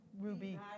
Ruby